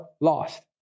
lost